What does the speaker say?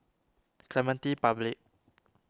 Clementi Public